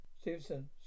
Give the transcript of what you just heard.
Stevenson